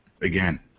Again